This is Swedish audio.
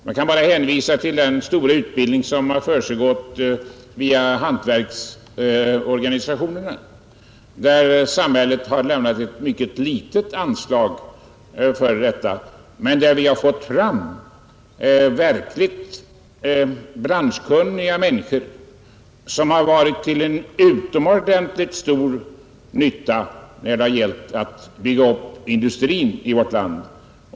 Jag kan hänvisa till den stora utbildningsverksamhet som har bedrivits via hantverksorganisationerna, vartill samhället har lämnat ett ytterst litet anslag, men där vi fått fram verkligt branschkunniga människor som varit till utomordentligt stor nytta när det gällt att bygga upp industrin i vårt land.